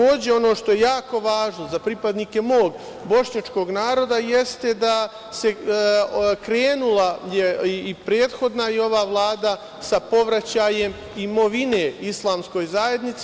Ono što je jako važno za pripadnike mog bošnjačkog naroda jeste da je krenula i prethodna i ova Vlada sa povraćajem imovine islamskog zajednici.